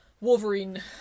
Wolverine